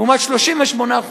לעומת 38%,